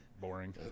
boring